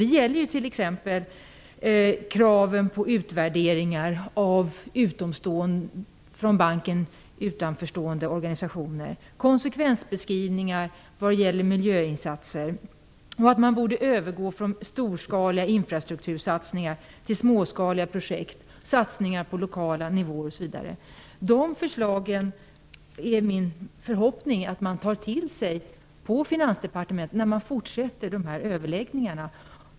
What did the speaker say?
Det gäller t.ex. krav på utvärderingar från banken utanförstående, konsekvensbeskrivningar av miljöinsatser och behovet av att gå över från storskaliga infrastruktursatsningar till småskaliga projekt, satsningar på lokala nivåer osv. Det är min förhoppning att man tar till sig de förslagen på Finansdepartementet vid de fortsatta överläggningarna.